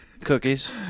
cookies